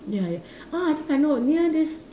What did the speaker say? ya ya ah I think near this